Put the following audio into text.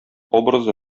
образы